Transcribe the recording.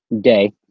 Day